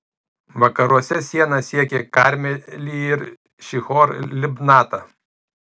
vakaruose siena siekė karmelį ir šihor libnatą